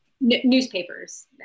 newspapers